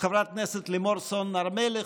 חברת הכנסת לימור סון הר מלך,